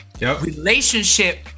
relationship